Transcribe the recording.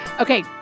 Okay